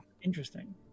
interesting